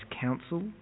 counsel